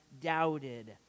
doubted